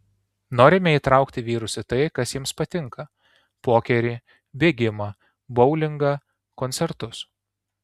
norime įtraukti vyrus į tai kas jiems patinka pokerį bėgimą boulingą koncertus